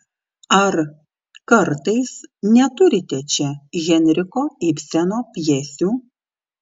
ar kartais neturite čia henriko ibseno pjesių